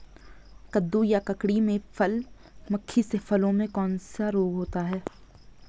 कद्दू या ककड़ी में फल मक्खी से फलों में कौन सा रोग होता है?